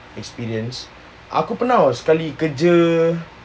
experience aku pernah [tau] sekali kerja